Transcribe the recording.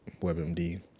WebMD